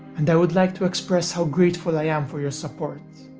and i would like to express how grateful i am for your support,